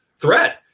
threat